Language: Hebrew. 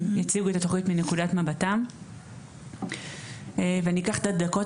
יציגו פה את התוכנית מנקודת המבט שלהם ואני אקח את הכמה דקות